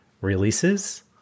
releases